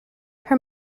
her